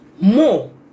more